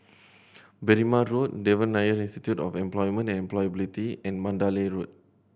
Berrima Road Devan Nair Institute of Employment and Employability and Mandalay Road